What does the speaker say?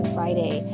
Friday